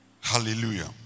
Hallelujah